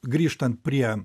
grįžtant prie